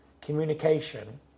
Communication